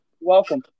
Welcome